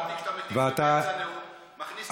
ואתה,